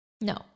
No